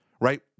right